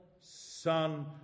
Son